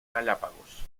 galápagos